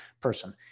person